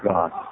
God